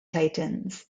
titans